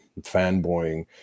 fanboying